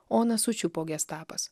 oną sučiupo gestapas